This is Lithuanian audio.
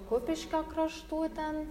kupiškio kraštų ten